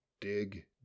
dig